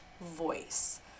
voice